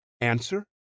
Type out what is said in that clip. Answer